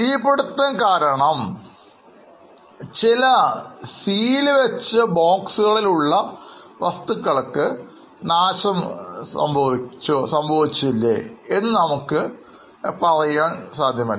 തീപിടുത്തം കാരണം നമ്മുടേതല്ലാത്ത ചില മുദ്രപതിപ്പിച്ച ബോക്സുകളിൽ ഉള്ള വസ്തുക്കൾ നാശം ആയോ ഇല്ലയോ എന്ന് നമുക്ക് പറയാൻ ആകില്ല